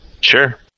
Sure